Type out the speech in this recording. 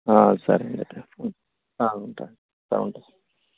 సరే అండి అయితే ఉంటా ఉంటా సార్